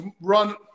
run